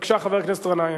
בבקשה, חבר הכנסת גנאים.